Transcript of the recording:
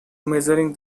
measuring